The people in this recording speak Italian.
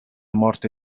morte